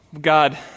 God